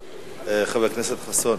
חבר הכנסת ישראל חסון,